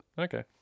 Okay